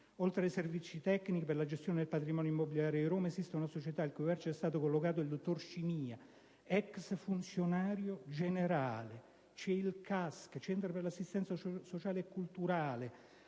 Oltre ai servizi tecnici, per le gestione del patrimonio immobiliare di Roma, esiste una società al cui vertice è stato collocato il dottor Scimia, ex funzionario generale. C'è poi il CASC (Centro per l'assistenza sociale e culturale),